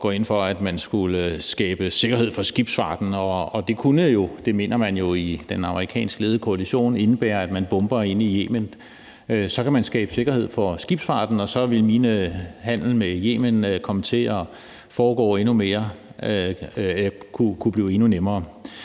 at man skulle skabe sikkerhed for skibsfarten, og det mener man jo i den amerikansk ledede koalition indebærer, at man bomber inde i Yemen. Så kan man skabe sikkerhed for skibsfarten, og så ville min handel med Yemen kunne blive endnu nemmere